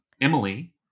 Emily